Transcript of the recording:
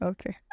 Okay